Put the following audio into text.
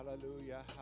hallelujah